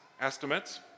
estimates